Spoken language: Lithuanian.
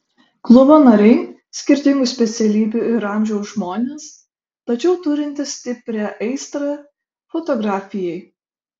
klubo nariai skirtingų specialybių ir amžiaus žmonės tačiau turintys stiprią aistrą fotografijai